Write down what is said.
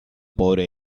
pobre